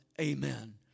amen